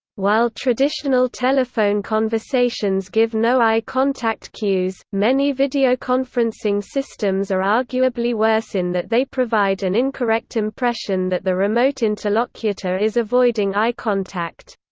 while traditional telephone conversations give no eye contact cues, many videoconferencing systems are arguably worse in that they provide an incorrect impression that the remote interlocutor is avoiding eye contact.